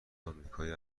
آمریکایی